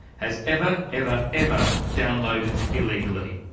has ever, ever, ever downloaded illegally.